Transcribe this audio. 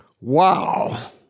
Wow